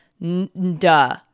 duh